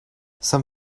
some